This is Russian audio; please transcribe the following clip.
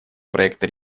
проекта